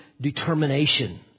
determination